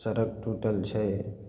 सड़क टूटल छै